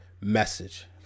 message